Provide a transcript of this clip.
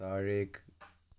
താഴേക്ക്